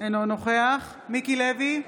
אינו נוכח מיקי לוי,